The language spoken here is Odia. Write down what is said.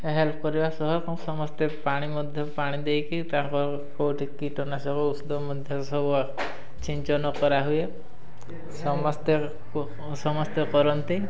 ହେଲ୍ପ କରିବା ସହ ସମସ୍ତେ ପାଣି ମଧ୍ୟ ପାଣି ଦେଇକି ତାଙ୍କର କେଉଁଠି କୀଟନାଶକ ଔଷଧ ମଧ୍ୟ ସବୁ ଛିଞ୍ଚନ କରାହୁଏ ସମସ୍ତେ ସମସ୍ତେ କରନ୍ତି